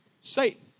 Satan